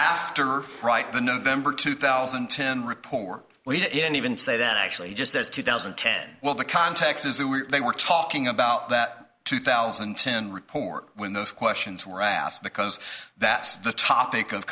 after write the november two thousand and ten report we didn't even say that actually just as two thousand and ten well the context is they were they were talking about that two thousand and ten report when those questions were asked because that's the topic of